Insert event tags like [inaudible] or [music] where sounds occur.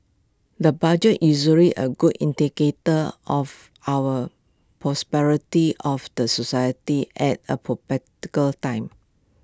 the budget is usually A good indicator of our [unintelligible] of the society at A [unintelligible] time